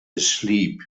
asleep